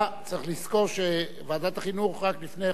צריך לזכור שוועדת החינוך רק לפני חודשיים